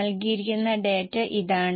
നൽകിയിരിക്കുന്ന ഡാറ്റ ഇതാണ്